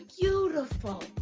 beautiful